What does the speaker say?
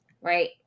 Right